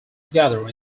together